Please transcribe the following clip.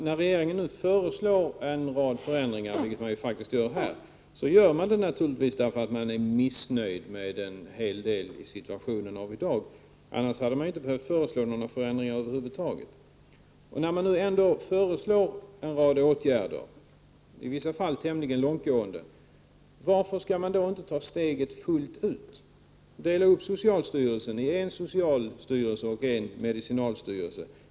När regeringen nu föreslår en rad förändringar gör man det för att man är missnöjd med en hel del i dagens situation. Annars hade man inte behövt föreslå några förändringar över huvud taget. När man ändå föreslår en rad åtgärder, i vissa fall tämligen långtgående, varför då inte ta steget fullt ut? Dela upp socialstyrelsen i en socialstyrelse och en medicinalstyrelse!